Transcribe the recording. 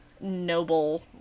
noble